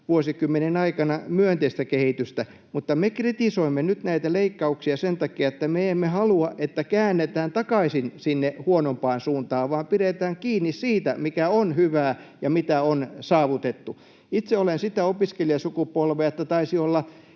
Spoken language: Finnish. vuosikymmenten aikana myönteistä kehitystä, mutta me kritisoimme nyt näitä leikkauksia sen takia, että me emme halua, että käännetään takaisin sinne huonompaan suuntaan, vaan pidetään kiinni siitä, mikä on hyvää ja mitä on saavutettu. Itse olen sitä opiskelijasukupolvea, että taisi olla